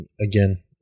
again